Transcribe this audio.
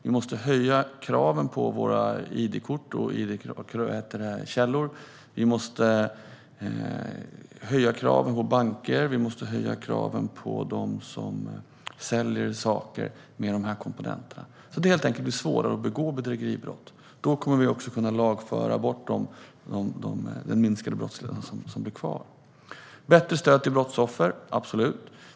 Vi måste höja kraven på våra id-kort och andra id-källor, och vi måste höja kraven på banker. Vi måste också höja kraven på dem som säljer saker med dessa komponenter. Det ska helt enkelt bli svårare att begå bedrägeribrott. Då kommer vi också att kunna lagföra den minskade brottslighet som blir kvar. Den andra frågan handlade om bättre stöd till brottsoffer. Absolut!